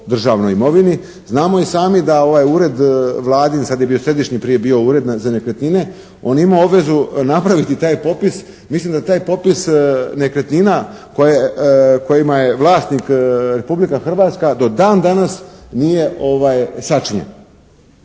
državnoj imovini. Znamo i sami da ured vladin, sad je bio središnji prije bio Ured za nekretnine, on je imao obvezu napraviti taj popis. Mislim da taj popis nekretnina kojima je vlasnik Republika Hrvatska do dan danas nije sačinjen.